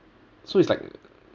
so it's like